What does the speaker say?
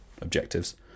objectives